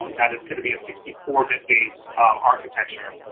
um that is gonna be a sixty four bit base architecture.